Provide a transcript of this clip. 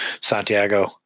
Santiago